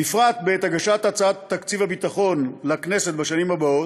בפרט בעת הגשת הצעת תקציב הביטחון לכנסת בשנים הבאות,